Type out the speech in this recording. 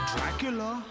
Dracula